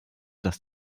dass